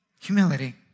Humility